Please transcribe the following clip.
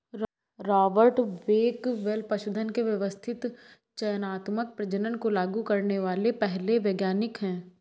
Robert Bakewell पशुधन के व्यवस्थित चयनात्मक प्रजनन को लागू करने वाले पहले वैज्ञानिक है